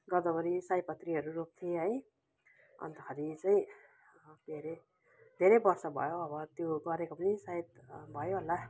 गदवरी सयपत्रीहरू रोप्थेँ है अन्तखेरि चाहिँ के अरे धेरै वर्ष भयो अब त्यो गरेको पनि सायद अँ भयो होला